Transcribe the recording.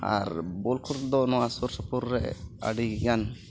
ᱟᱨ ball ᱠᱷᱮᱞ ᱫᱚ ᱱᱚᱣᱟ ᱥᱩᱨ ᱥᱩᱯᱩᱨ ᱨᱮ ᱟᱹᱰᱤ ᱜᱟᱱ